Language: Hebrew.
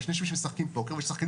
יש אנשים שמשחקים פוקר ויש שחקנים